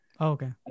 Okay